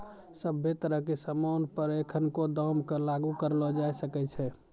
सभ्भे तरह के सामान पर एखनको दाम क लागू करलो जाय सकै छै